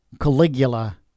Caligula